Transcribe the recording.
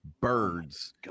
birds